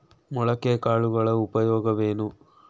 ಮೊಳಕೆ ಕಾಳುಗಳ ಉಪಯೋಗವೇನು?